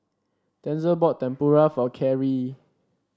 Denzil bought Tempura for Carey